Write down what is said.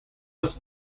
was